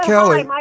Kelly